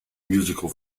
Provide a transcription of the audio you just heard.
musical